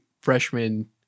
freshman